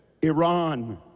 Iran